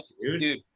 Dude